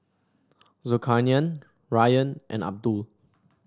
Zulkarnain Ryan and Abdul